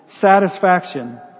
satisfaction